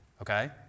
Okay